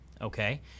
okay